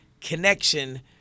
connection